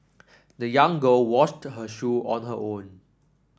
the young girl washed her shoe on her own